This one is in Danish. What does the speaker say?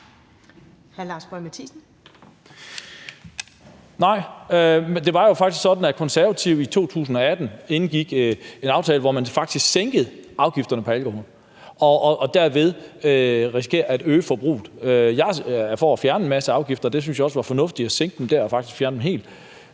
Nej, men det var jo faktisk sådan, at Konservative i 2018 indgik en aftale, hvor man sænkede afgifterne på alkohol og derved risikerer at øge forbruget. Jeg er for at fjerne en masse afgifter, og jeg synes også, det var fornuftigt at sænke dem og faktisk at fjerne dem helt.